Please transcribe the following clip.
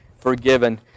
forgiven